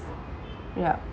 ya